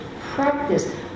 practice